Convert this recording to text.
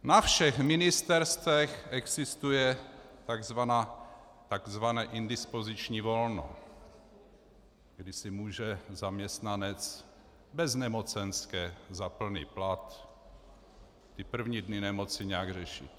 Na všech ministerstvech existuje tzv. indispoziční volno, kdy si může zaměstnanec bez nemocenské za plný plat první dny nemoci nějak řešit.